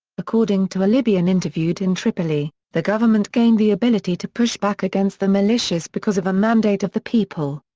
according to a libyan interviewed in tripoli, the government gained the ability to push back against the militias because of a mandate of the people.